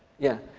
yeah.